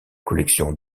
collection